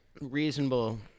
reasonable